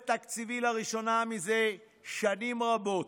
עודף תקציבי לראשונה מזה שנים רבות.